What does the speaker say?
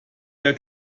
der